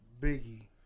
Biggie